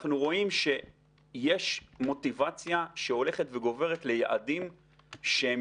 אנחנו רואים שיש מוטיבציה שהולכת וגוברת ליעדים שהם